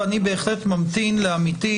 ואני בהחלט ממתין לעמיתי,